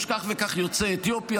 יש כך וכך יוצאי אתיופיה,